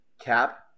cap